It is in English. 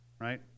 right